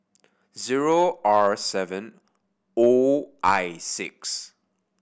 zero R seven O I six